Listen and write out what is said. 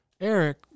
Eric